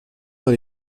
dans